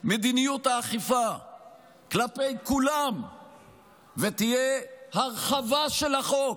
מדיניות האכיפה כלפי כולם ותהיה הרחבה של החוק.